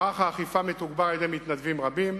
מערך האכיפה מתוגבר על-ידי מתנדבים רבים,